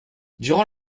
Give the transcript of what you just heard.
durant